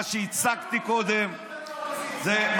מה שהצגתי קודם, קיבלנו, ושלחנו אתכם לאופוזיציה.